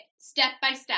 step-by-step